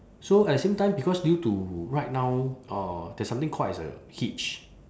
so at the same time because due to right now uh there's something called as a hitch